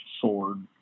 sword